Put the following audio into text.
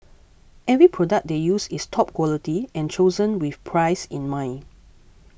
every product they use is top quality and chosen with price in mind